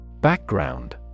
Background